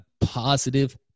positive